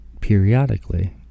Periodically